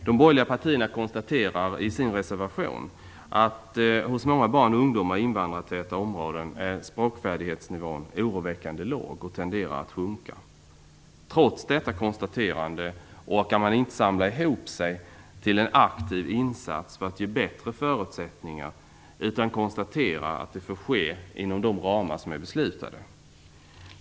De borgerliga partierna konstaterar i sin reservation att språkfärdighetsnivån hos många barn och ungdomar i invandrartäta områden är oroväckande låg och tenderar att sjunka. Trots detta konstaterande orkar man inte samla ihop sig till en aktiv insats för att ge dem bättre förutsättningar utan konstaterar att det får ske inom de ramar som är beslutade.